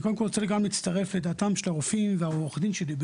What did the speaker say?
אני קודם כל רוצה להצטרף לדעתם של הרופאים ועורך הדין שדיבר.